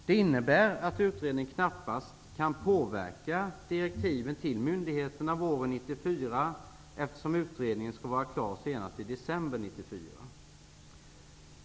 Detta innebär att utredningen knappast kan påverka direktiven till myndigheterna våren 1994, eftersom utredningen skall vara klar senast i december 1994.